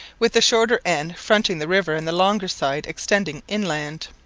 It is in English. with the shorter end fronting the river and the longer side extending inland.